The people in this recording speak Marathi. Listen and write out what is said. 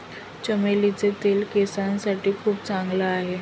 चमेलीचे तेल केसांसाठी खूप चांगला आहे